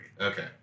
Okay